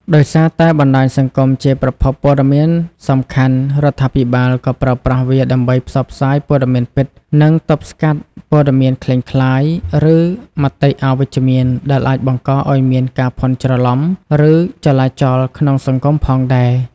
ដោយសារតែបណ្ដាញសង្គមជាប្រភពព័ត៌មានសំខាន់ រដ្ឋាភិបាលក៏ប្រើប្រាស់វាដើម្បីផ្សព្វផ្សាយព័ត៌មានពិត និងទប់ស្កាត់ព័ត៌មានក្លែងក្លាយ ឬមតិអវិជ្ជមានដែលអាចបង្កឱ្យមានការភាន់ច្រឡំ ឬចលាចលក្នុងសង្គមផងដែរ។